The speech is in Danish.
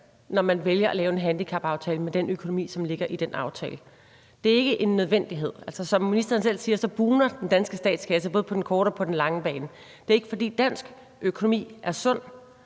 når man vælger at lave en handicapaftale med den økonomi, som ligger i den aftale? Det er ikke en nødvendighed. Altså, som ministeren selv siger, boomer den danske statskasse både på den korte og på den lange bane. Dansk økonomi er sund.